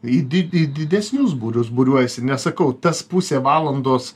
į did į didesnius būrius būriuojasi nes sakau tas pusė valandos